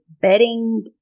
bedding